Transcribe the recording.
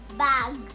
Bag